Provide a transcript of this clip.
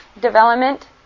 development